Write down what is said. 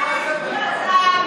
שב בשקט.